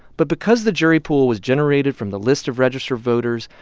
but because the jury pool was generated from the list of registered voters,